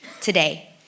today